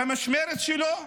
במשמרת שלו,